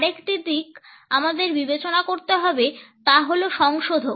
আরেকটি দিক আমাদের বিবেচনা করতে হবে তা হল সংশোধক